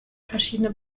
verschiedene